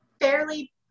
fairly